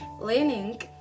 Learning